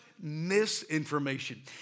misinformation